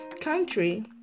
country